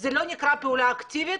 זה לא נקרא פעילות אקטיבית?